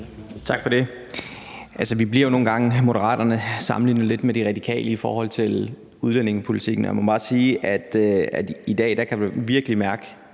Tak for det. Moderaterne bliver jo nogle gange sammenlignet lidt med De Radikale i forhold til udlændingepolitikken, og jeg må bare sige, at i dag kan man virkelig mærke